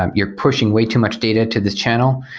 um you're pushing way too much data to this channel,